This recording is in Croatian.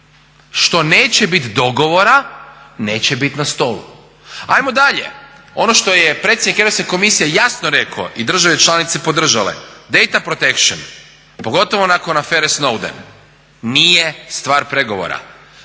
Što neće biti dogovora neće biti na stolu. Ajmo dalje, ono što je predsjednik Europske komisije jasno rekao i države članice podržale, data protection, pogotovo nakon afere Snowden, nije stvar pregovora.